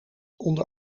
onder